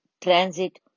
transit